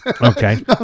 Okay